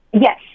Yes